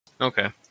Okay